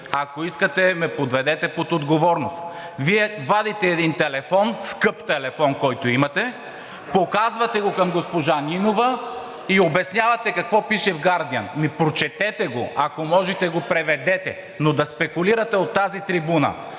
Ако искате, ме подведете под отговорност. Вие вадите един телефон, скъп телефон, който имате, показвате към госпожа Нинова и обяснявате какво пише в „Гардиън”. Ами прочетете го, ако можете, го преведете, но да спекулирате от тази трибуна